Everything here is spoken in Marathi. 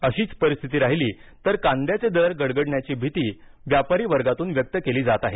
अशीच परिस्थिती राहीली तर कांद्याचे दर गडगडण्याची भीती व्यापारी वर्गातून व्यक्त केली जात आहे